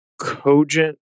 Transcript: cogent